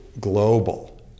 global